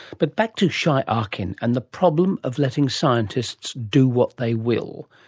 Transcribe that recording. but back to shai arkin and the problem of letting scientists do what they will.